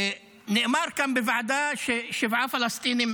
נאמר כאן בוועדה ששבעה פלסטינים